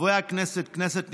חברי הכנסת, כנסת נכבדה,